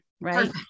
right